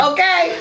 Okay